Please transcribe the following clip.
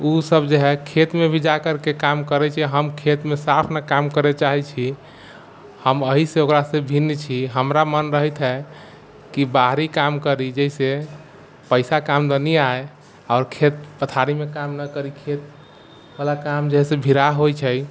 ओ सब जे हइ खेतमे भी जाकर घरके काम करैत छै हम खेतमे साथमे काम करे चाहैत छी हम एहिसँ ओकरा से भिन्न छी हमरा मन रहैत हइ कि बाहरी काम करी जैसे पैसाके आमदनी आबै आओर खेत पथारीमे काम नहि करी खेत बला काम जे हइ से भीड़ाह होइत छै